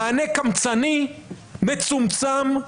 מענה קמצני, מצומצם,